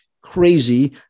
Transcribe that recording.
crazy